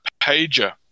pager